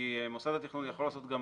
מוסד התכנון יכול לעשות גם